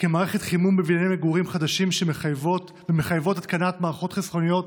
כמערכת חימום בבנייני מגורים חדשים ומחייבות התקנת מערכות חסכוניות